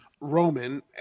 Roman